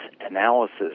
analysis